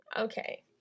Okay